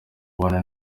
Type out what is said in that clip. ubona